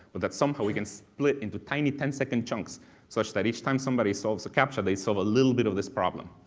but that somehow we can split into tiny ten second chunks such that each time somebody solves a captcha they solve a little bit of this problem?